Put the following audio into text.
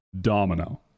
domino